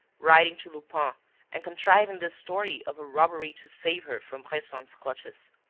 writing to lupin and contriving this story of a robbery to save her from bresson's clutches.